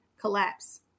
collapse